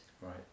Right